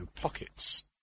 pockets